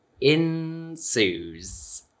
ensues